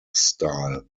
style